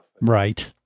Right